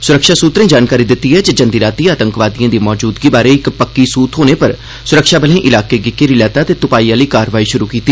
सुरक्षा सूत्रें जानकारी दित्ती ऐ जे जंदी रातीं आतंकवादिएं दी मौजूदगी बारै इक्क टकोह्दी सूह थ्होने पर सुरक्षाबलें इलाके गी घेरी लैता ते तुपाई आह्ली कार्रवाई शुरू कीती